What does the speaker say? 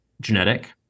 genetic